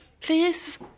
please